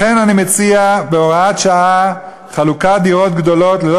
לכן אני מציע בהוראת שעה חלוקת דירות גדולות ללא